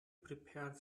prepared